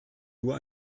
nur